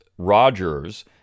Rogers